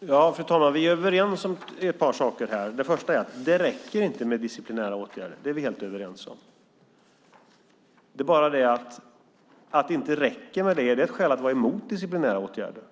Fru talman! Jag och interpellanten är överens om ett par saker. Det första är att det inte räcker med disciplinära åtgärder. Det är vi helt överens om. Men att det inte räcker med det, är det ett skäl att vara emot disciplinära åtgärder?